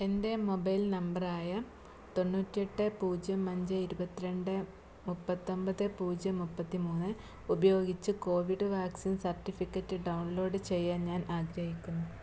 എൻ്റെ മൊബൈൽ നമ്പറായ തൊണ്ണൂറ്റി എട്ട് പൂജ്യം അഞ്ച് ഇരുപത്തി രണ്ട് മൂപ്പത്തി ഒമ്പത് പൂജ്യം മുപ്പത്തി മൂന്ന് ഉപയോഗിച്ച് കോവിഡ് വാക്സിൻ സർട്ടിഫിക്കറ്റ് ഡൗൺലോഡ് ചെയ്യാൻ ഞാൻ ആഗ്രഹിക്കുന്നു